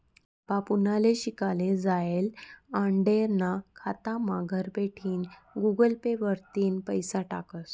बाबा पुनाले शिकाले जायेल आंडेरना खातामा घरबठीन गुगल पे वरतीन पैसा टाकस